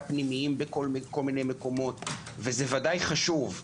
פנימיים בכל מיני מקומות וזה ודאי חשוב,